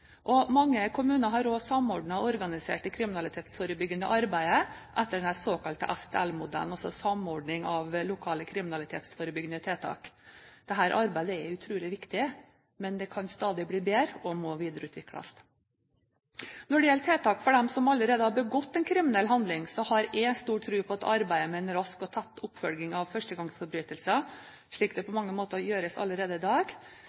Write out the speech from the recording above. Mange kommuner har også samordnet og organisert det kriminalitetsforebyggende arbeidet etter den såkalte SLT-modellen – Samordning av Lokale kriminalitetsforebyggende Tiltak. Dette arbeidet er utrolig viktig, men det kan stadig bli bedre og må videreutvikles. Når det gjelder tiltak for de som allerede har begått en kriminell handling, har jeg stor tro på arbeidet med en rask og tett oppfølging av førstegangsforbrytelser, slik det på mange måter gjøres allerede i dag,